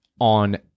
on